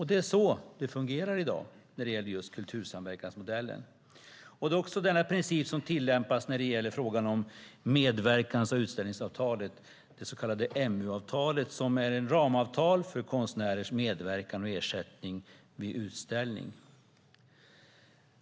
Det är så det fungerar i dag när det gäller kultursamverkansmodellen. Det är också denna princip som tillämpas när det gäller frågan om medverkans och utställningsavtalet, det så kallade MU-avtalet, ett ramavtal för konstnärers medverkan och ersättning vid utställningar.